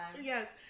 Yes